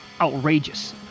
outrageous